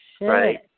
right